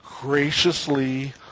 graciously